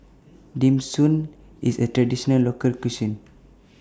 Dim Sum IS A Traditional Local Cuisine